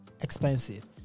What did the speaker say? expensive